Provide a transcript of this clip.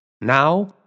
Now